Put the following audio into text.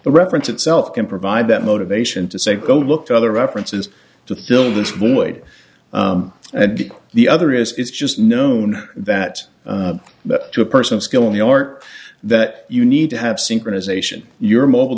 the reference itself can provide that motivation to say go look the other references to fill this void and the other is is just known that but to a person of skill in the art that you need to have synchronization your mobile